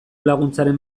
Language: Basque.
laguntzaren